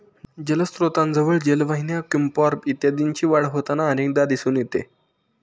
जलस्त्रोतांजवळ जलवाहिन्या, क्युम्पॉर्ब इत्यादींची वाढ होताना अनेकदा दिसून येते